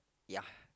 ya